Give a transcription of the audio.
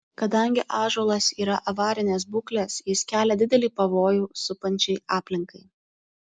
kadangi ąžuolas yra avarinės būklės jis kelia didelį pavojų supančiai aplinkai